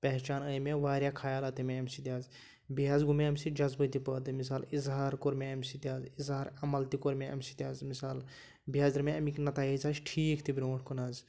پہچان آے مےٚ واریاہ خیالات آے مےٚ اَمہِ سۭتۍ حظ بیٚیہِ حظ گوٚو مےٚ اَمہِ سۭتۍ جذبہٕ تہِ پٲدٕ مِثال اِظہار کوٚر مےٚ اَمہِ سۭتۍ حظ اِظہار عمل تہِ کوٚر مےٚ اَمہِ سۭتۍ حظ مِثال بیٚیہِ حظ درٛاے مےٚ اَمِکۍ نَتٲیِج حظ ٹھیٖک تہِ برٛونٛٹھ کُن حظ